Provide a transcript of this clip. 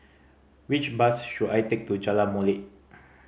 which bus should I take to Jalan Molek